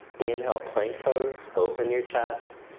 inhale plank pose, open your chest,